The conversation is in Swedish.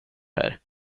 här